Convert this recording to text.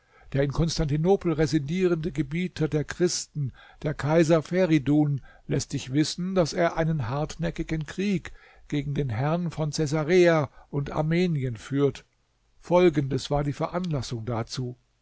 der in konstantinopel residierende gebieter der christen der kaiser feridun läßt dich wissen daß er einen hartnäckigen krieg gegen den herrn von cäsarea und armenien führt folgendes war die veranlassung dazu